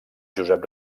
josep